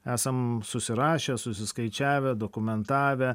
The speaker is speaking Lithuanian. esam susirašę susiskaičiavę dokumentavę